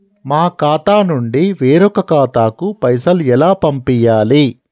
మా ఖాతా నుండి వేరొక ఖాతాకు పైసలు ఎలా పంపియ్యాలి?